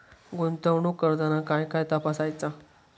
गुंतवणूक करताना काय काय तपासायच?